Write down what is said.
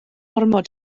ormod